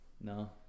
No